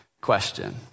question